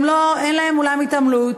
אין להם אולם התעמלות,